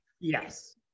yes